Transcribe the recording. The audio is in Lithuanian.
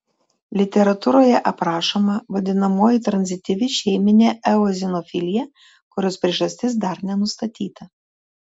literatūroje aprašoma vadinamoji tranzityvi šeiminė eozinofilija kurios priežastis dar nenustatyta